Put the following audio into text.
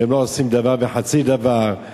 ולא עושים דבר וחצי דבר,